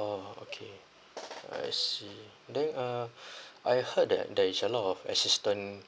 orh okay I see then uh I heard that there is a lot of assistant